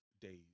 days